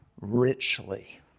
richly